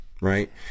Right